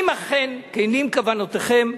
אם אכן כנות כוונותיכם,